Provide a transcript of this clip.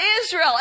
Israel